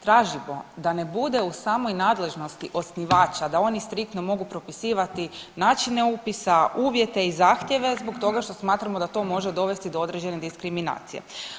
Tražimo da ne bude u samoj nadležnosti osnivača da oni striktno mogu propisivati načine upisa, uvjete i zahtjeve zbog toga što smatramo da to može dovesti do određene diskriminacije.